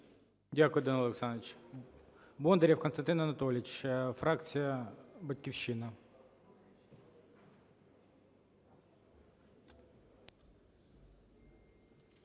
Дякую, Данило Олександрович. Бондарєв Костянтин Анатолійович, фракція "Батьківщина".